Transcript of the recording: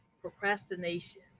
procrastination